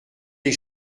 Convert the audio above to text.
les